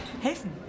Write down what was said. helfen